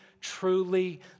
truly